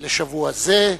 לשבוע זה.